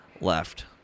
Left